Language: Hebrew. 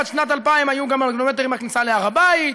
עד שנת 2000 היו גם מגנומטרים בכניסה להר הבית,